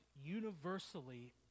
universally